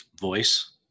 Voice